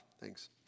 Thanks